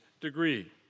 degree